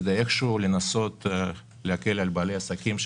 כדי לנסות להקל על בעלי עסקים,